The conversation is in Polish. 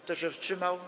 Kto się wstrzymał?